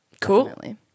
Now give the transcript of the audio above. Cool